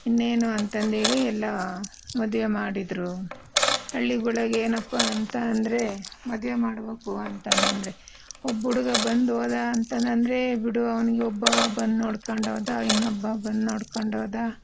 ಇನ್ನೇನು ಅಂತಂದ್ಹೇಳಿ ಎಲ್ಲ ಮದುವೆ ಮಾಡಿದ್ರು ಹಳ್ಳಿಗುಳಾಗೆ ಏನಪ್ಪಾ ಅಂತ ಅಂದರೆ ಮದುವೆ ಮಾಡ್ಬೇಕು ಅಂತಂದಂದ್ರೆ ಒಬ್ಬ ಹುಡುಗ ಬಂದು ಹೋದ ಅಂತ ಅಂದರೆ ಬಿಡು ಅವನಿಗೆ ಒಬ್ಬ ಬಂದು ನೋಡ್ಕೊಂಡು ಹೋದ ಇನ್ನೊಬ್ಬ ಬಂದು ನೋಡ್ಕೊಂಡು ಹೋದ